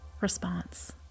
response